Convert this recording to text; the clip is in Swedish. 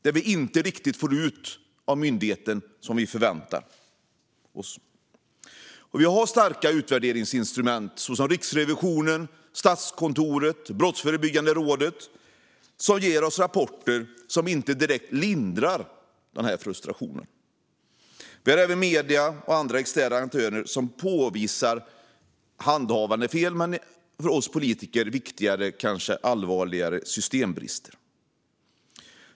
Vi får inte riktigt ut det vi förväntar oss av myndigheten. Vi har starka utvärderingsinstrument, såsom Riksrevisionen, Statskontoret och Brottsförebyggande rådet, som ger oss rapporter som inte direkt lindrar frustrationen. Även medier och andra externa aktörer påvisar handhavandefel och, vilket för oss politiker kanske är viktigare, allvarligare systembrister.